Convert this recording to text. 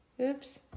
Oops